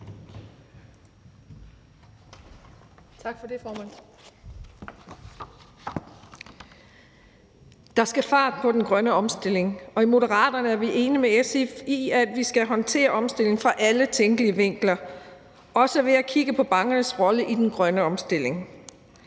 Der skal fart på den grønne omstilling, og i Moderaterne er vi enige med SF i, at vi skal håndtere omstillingen fra alle tænkelige vinkler, også ved at kigge på bankernes rolle i den grønne omstilling.